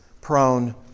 prone